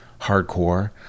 hardcore